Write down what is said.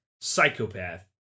psychopath